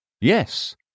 Yes